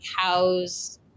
cow's